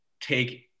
take